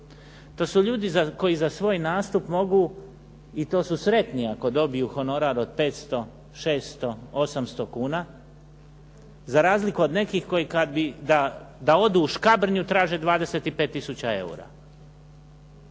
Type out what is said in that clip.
To su ljudi koji za svoj nastup mogu i to su sretni ako dobiju honorar od 500, 600, 800 kuna, za razliku od nekih koji kad bi da odu u Škabrnju traže 25 tisuća eura.